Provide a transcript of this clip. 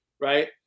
Right